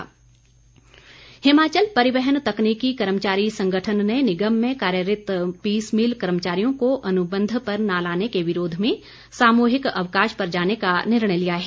तकनीकी कर्मचारी हिमाचल परिवहन तकनीकी कर्मचारी संगठन ने निगम में कार्यरत पीसमील कर्मचारियों को अनुबंध पर न लाने के विरोध में सामूहिक अवकाश पर जाने का निर्णय लिया है